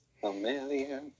Familiar